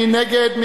מי נגד?